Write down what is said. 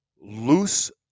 loose